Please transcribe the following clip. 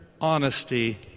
honesty